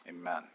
amen